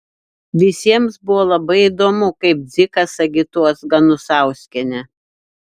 visiems buvo labai įdomu kaip dzikas agituos ganusauskienę